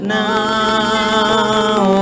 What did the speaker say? now